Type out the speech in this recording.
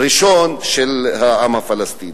הראשון של העם הפלסטיני.